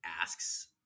asks